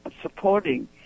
supporting